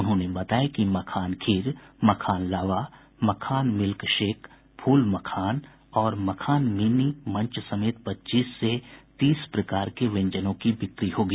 उन्होंने बताया कि मखान खीर मखान लावा मखान मिल्कसेक फूल मखान और मखान मिनी मंच समेत पच्चीस से तीस प्रकार के व्यंजनों की बिक्री होगी